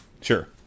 Sure